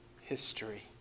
history